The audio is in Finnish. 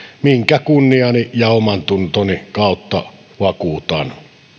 minkä kunniani ja omantuntoni kautta vakuutan